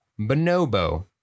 Bonobo